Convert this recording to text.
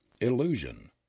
illusion